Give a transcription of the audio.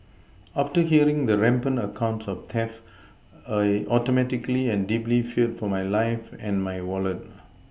after hearing the rampant accounts of theft I Automatically and deeply feared for my life and my Wallet